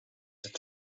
het